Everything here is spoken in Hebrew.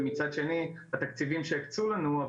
ומצד שני התקציבים שהקצו לנו,